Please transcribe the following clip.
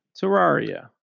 Terraria